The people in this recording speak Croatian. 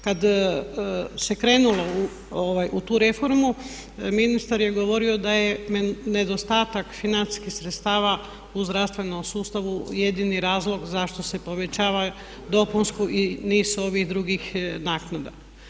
Kad se krenulo u tu reformu ministar je govorio da je nedostatak financijskih sredstava u zdravstvenom sustavu jedini razlog zašto se povećava dopunsko i niz ovih drugih naknada.